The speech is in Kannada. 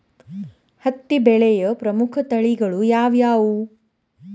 ಹತ್ತಿ ಬೆಳೆಯ ಪ್ರಮುಖ ತಳಿಗಳು ಯಾವ್ಯಾವು?